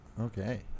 Okay